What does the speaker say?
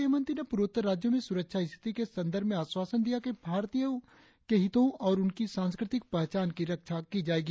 गृहमंत्री ने पूर्वोत्तर राज्यों में सुरक्षा स्थिति के संदर्भ में आश्वासन दिया कि भारतीयों के हितों और उनकी सांस्कृतिक पहचान की रक्षा की जाएगी